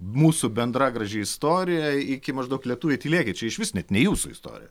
mūsų bendra graži istorija iki maždaug lietuviai tylėkit čia išvis net ne jūsų istorija